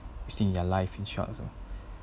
seeing their life in shots